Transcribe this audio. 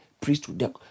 priesthood